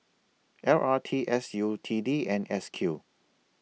L R T S U T D and S Q